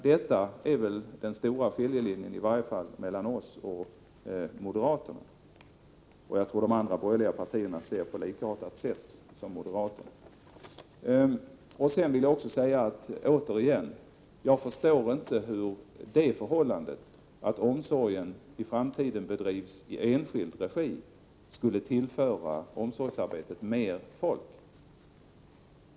Detta är väl den stora skiljelinjen i varje fall mellan oss och moderaterna — och jag tror att de andra borgerliga partierna ser på detta på likartat sätt som moderaterna. Sedan vill jag återigen säga att jag inte förstår hur det förhållandet att omsorgen i framtiden skulle bedrivas i enskild regi skulle tillföra omsorgsarbetet mer folk.